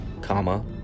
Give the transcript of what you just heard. comma